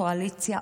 קואליציה,